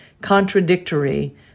contradictory